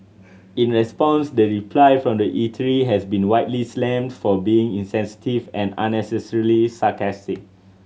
in response the reply from the eatery has been widely slammed for being insensitive and unnecessarily sarcastic